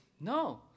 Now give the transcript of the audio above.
No